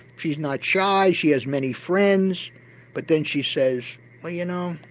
she's not shy, she has many friends but then she says well you know,